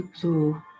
blue